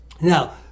Now